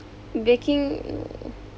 baking